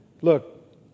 look